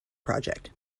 project